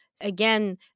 again